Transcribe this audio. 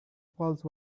pulse